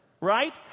right